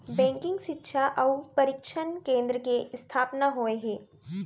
banking सिक्छा अउ परसिक्छन केन्द्र के इस्थापना होय हे